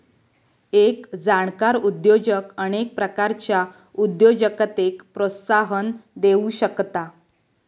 एक जाणकार उद्योजक अनेक प्रकारच्या उद्योजकतेक प्रोत्साहन देउ शकता